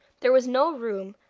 there was no room,